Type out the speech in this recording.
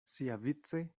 siavice